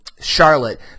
Charlotte